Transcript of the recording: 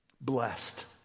blessed